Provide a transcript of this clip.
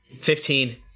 Fifteen